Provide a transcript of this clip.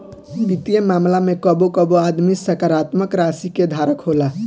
वित्तीय मामला में कबो कबो आदमी सकारात्मक राशि के धारक होला